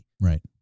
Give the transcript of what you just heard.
Right